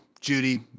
Judy